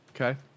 Okay